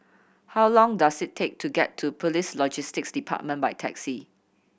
how long does it take to get to Police Logistics Department by taxi